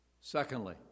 Secondly